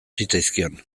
zitzaizkion